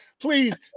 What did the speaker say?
Please